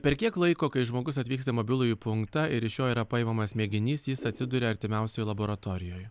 per kiek laiko kai žmogus atvyksta į mobilųjį punktą ir iš jo yra paimamas mėginys jis atsiduria artimiausioj laboratorijoj